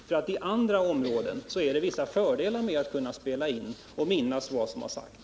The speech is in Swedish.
På andra områden är det dessutom vissa fördelar med att kunna spela in och minnas vad som har sagts.